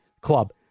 Club